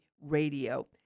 Radio